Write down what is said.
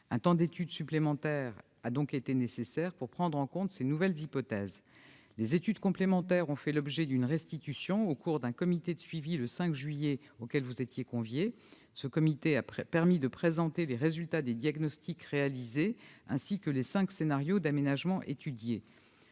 Un temps d'étude supplémentaire a donc été nécessaire pour prendre en compte ces nouvelles hypothèses. Les études complémentaires ont fait l'objet d'une restitution au cours du comité de suivi du 5 juillet dernier, auquel vous étiez convié. Ce comité a permis de présenter le résultat des diagnostics réalisés ainsi que les cinq scénarios d'aménagement étudiés.